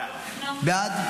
בעד.